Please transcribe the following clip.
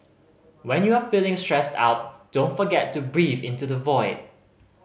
when you are feeling stressed out don't forget to breathe into the void